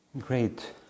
great